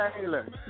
Taylor